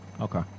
Okay